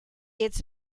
its